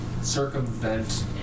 circumvent